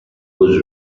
whose